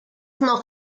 noch